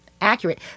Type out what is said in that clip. accurate